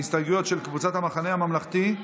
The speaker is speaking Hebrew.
הסתייגויות של קבוצת המחנה הממלכתי.